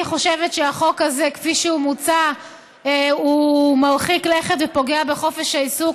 אני חושבת שהחוק הזה כפי שהוא מוצע הוא מרחיק לכת ופוגע בחופש העיסוק.